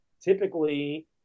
typically